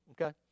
Okay